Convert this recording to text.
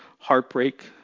heartbreak